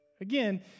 Again